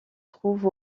trouve